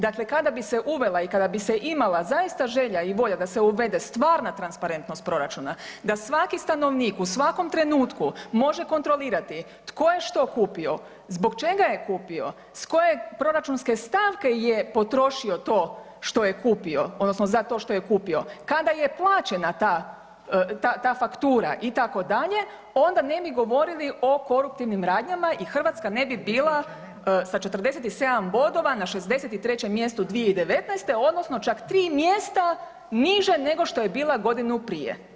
Dakle, kada bi se uvela i kada bi se imala zaista želja i volja da se uvede stvarna transparentnost proračuna, da svaki stanovnik u svakom trenutku može kontrolirati tko je što kupio, zbog čega je kupio, s koje proračunske stavke je potrošio to što je kupio odnosno za to što je kupio, kada je plaćena ta faktura itd. onda ne bi govorili o koruptivnim radnjama i Hrvatska ne bi bila sa 47 bodova na 63. mjestu 2019., odnosno čak tri mjesta niže nego što je bila godinu prije.